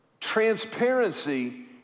Transparency